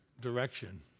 direction